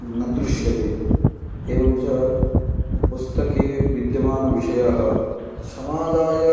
न दृश्यते एवं च पुस्तके विद्यमानविषयः समाजाय